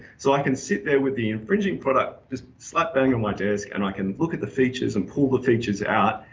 so i can sit there with the infringing product slap-bang on my desk and i can look at the features, and pull the features out,